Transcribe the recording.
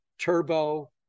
Turbo